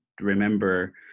remember